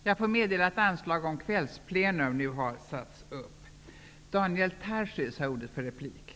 Jag får meddela att anslag har satts upp om att detta sammanträde skall fortsätta efter kl. 19.00.